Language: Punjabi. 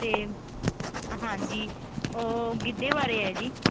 ਅਤੇ ਹਾਂਜੀ ਉਹ ਗਿੱਧੇ ਬਾਰੇ ਹੈ ਜੀ